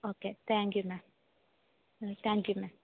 okay thank you ma'am ഉം thank you ma'am